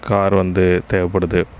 car வந்து தேவைப்படுது